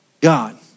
God